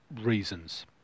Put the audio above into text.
reasons